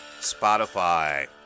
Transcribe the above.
Spotify